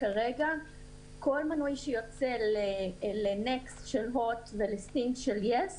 כרגע כל מנוי שיוצא לנסקט של הוט ולסטינג של יס